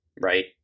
right